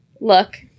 Look